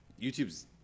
YouTube's